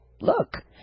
look